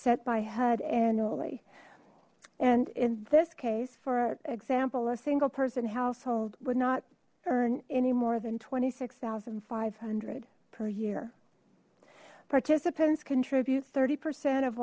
set by hud annually and in this case for example a single person household would not earn any more than twenty six thousand five hundred per year participants contribute thirty percent of